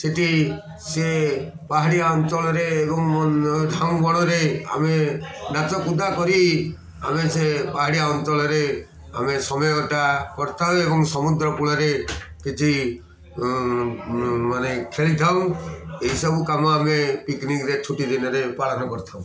ସେଇଠି ସିଏ ପାହାଡ଼ିଆ ଅଞ୍ଚଳରେ ଏବଂ ଝାଉଁ ବଣରେ ଆମେ ନାଚ କୁଦା କରି ଆମେ ସେ ପାହାଡ଼ିଆ ଅଞ୍ଚଳରେ ଆମେ ସମୟଟା କରିଥାଉ ଏବଂ ସମୁଦ୍ର ପୂଳରେ କିଛି ମାନେ ଖେଳିଥାଉ ଏହିସବୁ କାମ ଆମେ ପିକନିକରେ ଛୁଟିଦିନରେ ପାଳନ କରିଥାଉ